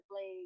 play